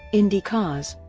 indy cars,